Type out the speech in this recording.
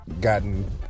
gotten